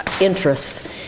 interests